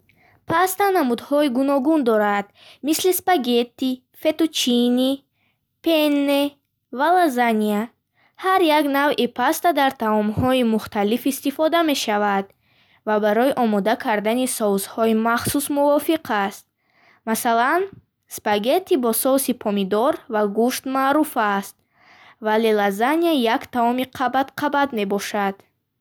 Паста намудҳои гуногун дорад, мисли спагетти, феттучини, пенне ва лазаня. Ҳар як навъи паста дар таомҳои мухталиф истифода мешавад ва барои омода кардани соусҳои махсус мувофиқ аст. Масалан, спагетти бо соуси помидор ва гӯшт маъруф аст, вале лазаня як таоми қабат қабат мебошад.